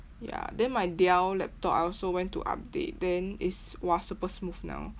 ya then my dell laptop I also went to update then it's !wah! super smooth now